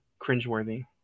cringeworthy